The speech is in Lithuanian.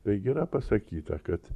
tai yra pasakyta kad